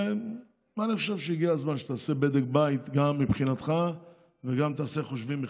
אני חושב שהגיע הזמן שתעשה בדק בית גם מבחינתך וגם תעשה חושבים מחדש.